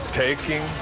taking